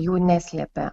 jų neslepia